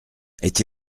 est